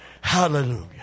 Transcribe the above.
Hallelujah